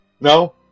No